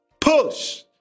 Push